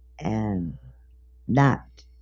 and not